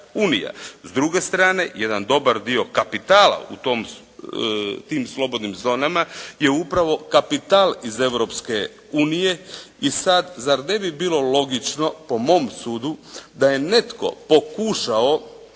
S druge strane jedan dobar dio kapitala u tim slobodnim zonama je upravo kapital iz Europske unije. I sada zar ne bi bilo logično po mom sudu da je netko pokušao